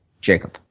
Jacob